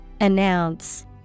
Announce